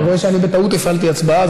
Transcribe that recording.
אני רואה שאני בטעות הפעלתי הצבעה,